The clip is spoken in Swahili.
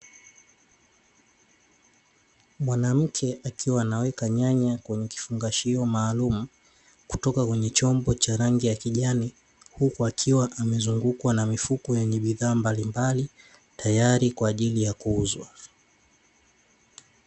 Mwanamke akiwa anaweka nyanya kwenye kifungashio maalumu, kutoka kwenye chombo cha rangi ya kijani, huku akiwa amezungukwa na mifuko yenye bidhaa mbalimbali, tayari kwa ajili ya kuuzwa.